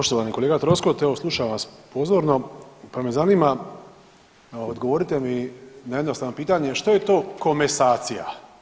Poštovani kolega Troskot, evo slušam vas pozorno pa me zanima odgovorite mi na jednostavno pitanje, što je to komesacija?